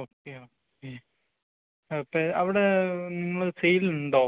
okay okay അപ്പോള് അവിടെ നിങ്ങള് സെയിലുണ്ടോ